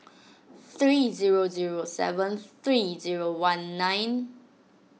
three zero zero seven three zero one nine